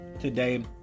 Today